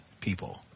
people